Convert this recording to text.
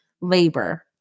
labor